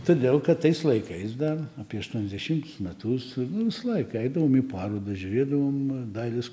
todėl kad tais laikais dar apie aštuoniasdešimt metus nu visą laiką eidavom į parodas žiūrėdavom dailės